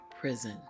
prison